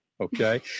Okay